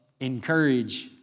encourage